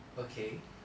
okay